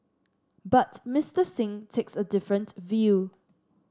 but Mister Singh takes a different view